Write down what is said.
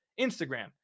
Instagram